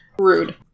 Rude